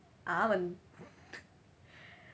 amen